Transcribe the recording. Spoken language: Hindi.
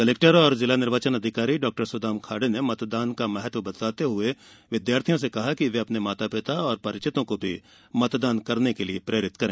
कलेक्टर एवं जिला निर्वाचन अधिकारी डाक्टर सुदाम खाड़े ने मतदान का महत्व बताते हुए विद्यार्थियों से कहा कि वे अपने माता पिता और परिचितों को भीमतदान करने के लिये प्रेरित करें